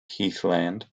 heathland